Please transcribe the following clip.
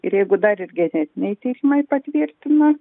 ir jeigu dar ir genetiniai tyrimai patvirtina